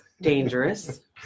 Dangerous